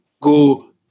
go